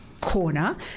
corner